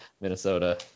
Minnesota